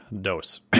dose